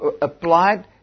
applied